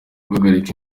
guhagarika